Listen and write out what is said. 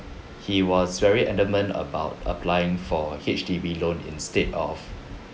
he was very adamant about applying for H_D_B loan instead of